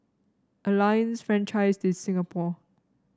Alliance Francaise de Singapour